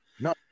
no